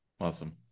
awesome